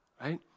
right